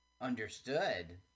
Understood